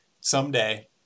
Someday